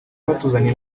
batuzaniye